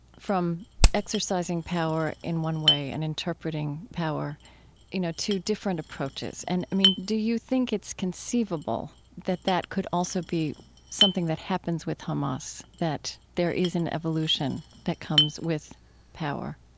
from exercising power, in one way, and interpreting power you know to different approaches. and i mean, do you think it's conceivable that that could also be something that happens with hamas that there is an evolution that comes with power?